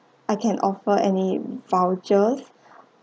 I can offer any voucher